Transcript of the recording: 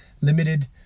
limited